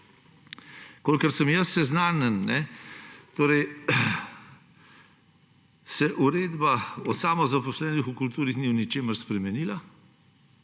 Kolikor sem seznanjen, se Uredba o samozaposlenih v kulturi ni v ničemer spremenila.